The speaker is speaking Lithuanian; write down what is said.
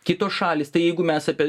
kitos šalys tai jeigu mes apie